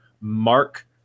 Mark